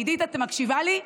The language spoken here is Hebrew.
עידית, את מקשיבה לי?